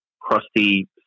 crusty